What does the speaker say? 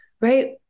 right